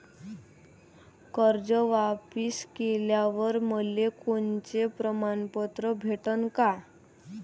कर्ज वापिस केल्यावर मले कोनचे प्रमाणपत्र भेटन का?